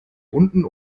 unten